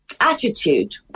attitude